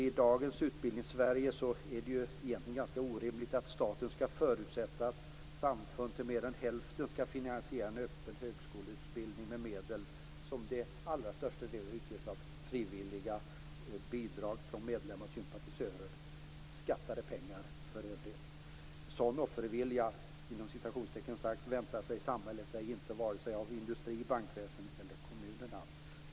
I dagens Utbildningssverige är det egentligen ganska orimligt att staten skall förutsätta att samfund till mer än hälften skall finansiera en öppen högskoleutbildning med medel som till allra största delen utgörs av frivilliga bidrag från medlemmar och sympatisörer, skattade pengar för övrigt. Sådan "offervilja" väntar sig samhället inte vare sig av industrin, bankväsendet eller kommunerna.